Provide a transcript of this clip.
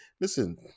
listen